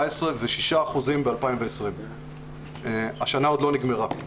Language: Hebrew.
ושישה אחוזים ב-2020 והשנה עוד לא נסתיימה.